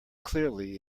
clearly